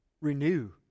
renew